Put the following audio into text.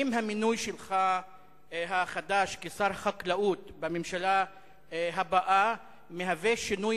היא אם המינוי החדש שלך לשר החקלאות בממשלה הבאה יהיה שינוי